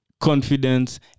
confidence